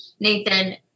Nathan